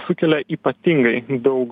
sukelia ypatingai daug